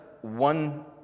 one